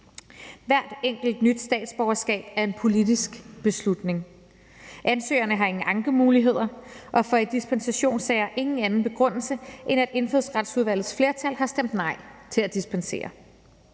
Hvert enkelt nyt statsborgerskab er en politisk beslutning. Ansøgerne har ingen ankemuligheder og får i dispensationssager ingen anden begrundelse, end at Indfødsretsudvalgets flertal har stemt nej til at dispensere.